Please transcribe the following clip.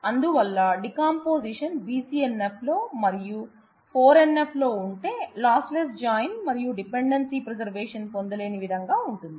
అందువల్ల decomposition BCNF లో మరియు 4 NF లో ఉంటే లాస్ లెస్ జాయిన్ మరియు డిపెండెన్సీ ప్రిజర్వేషన్ పొందలేని విధంగా ఉంటుంది